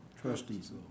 Trustees